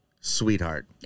sweetheart